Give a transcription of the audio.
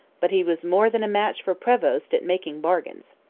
but he was more than a match for prevost at making bargains.